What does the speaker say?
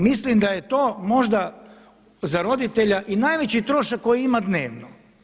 Mislim da je to možda za roditelja i najveći trošak koji ima dnevno.